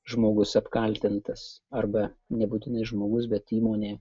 žmogus apkaltintas arba nebūtinai žmogus bet įmonė